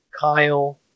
Kyle